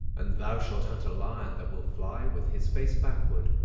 and thou shalt hunt a lion, that will fly with his face backward.